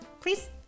Please